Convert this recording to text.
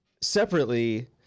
separately